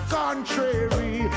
contrary